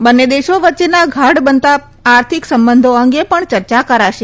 બંને દેશો વચ્ચેના ગાઢ બનતા આર્થિક સંબંધો અંગે પણ યર્યા કરાશે